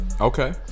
Okay